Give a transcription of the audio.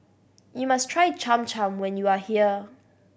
you must try Cham Cham when you are here